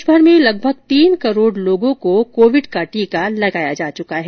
देशभर में लगभग तीन करोड़ लोगों को कोविड का टीका लगाया जा चुका है